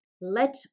let